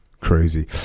crazy